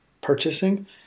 purchasing